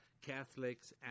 Catholics